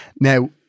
Now